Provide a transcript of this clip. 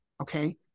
Okay